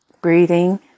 Breathing